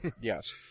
yes